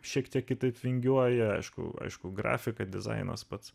šiek tiek kitaip vingiuoja aišku aišku grafika dizainas pats